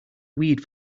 weed